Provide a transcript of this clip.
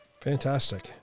Fantastic